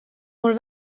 mul